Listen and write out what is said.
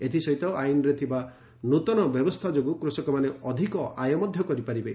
ଏଥିସହିତ ଆଇନରେ ଥିବା ନୂଆ ବ୍ୟବସ୍ଥା ଯୋଗୁଁ କୃଷକମାନେ ଅଧିକ ଆୟ କରିପାରିବେ